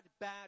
bad